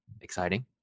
exciting